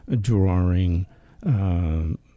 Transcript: drawing